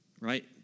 Right